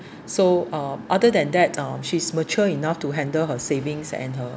so uh other than that um she's mature enough to handle her savings and her